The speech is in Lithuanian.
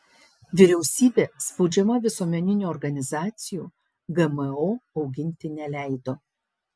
vyriausybė spaudžiama visuomeninių organizacijų gmo auginti neleido